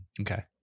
Okay